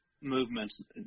movements